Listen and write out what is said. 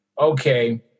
okay